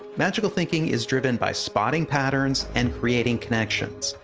magical thinking is driven by spotting patterns and creating connections.